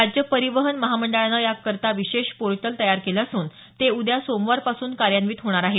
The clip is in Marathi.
राज्य परिवहन महामंडळानं या करता विशेष पोर्टल तयार केलं असून ते उद्या सोमवारपासून कार्यान्वित होणार आहे